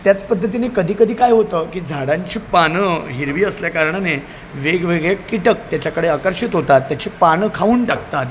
त्याच पद्धतीने कधी कधी काय होतं की झाडांची पानं हिरवी असल्याकारणाने वेगवेगळे कीटक त्याच्याकडे आकर्षित होतात त्याची पानं खाऊन टाकतात